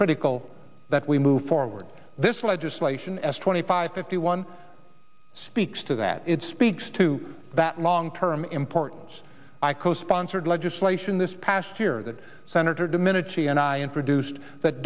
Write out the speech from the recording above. critical that we move forward this legislation as twenty five fifty one speaks to that it speaks to that long term importance i co sponsored legislation this past year that senator domenici and i introduced that